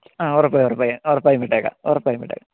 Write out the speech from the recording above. ആ ഉറപ്പായും ഉറപ്പായും ഉറപ്പായും വിട്ടേക്കാം ഉറപ്പായും വിട്ടേക്കാം